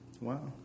Wow